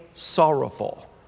sorrowful